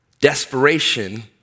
desperation